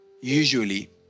usually